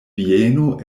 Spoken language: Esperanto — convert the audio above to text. vieno